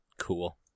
Cool